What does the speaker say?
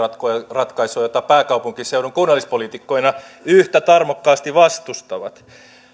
ratkaisua jota pääkaupunkiseudun kunnallispolitiikkoina yhtä tarmokkaasti vastustavat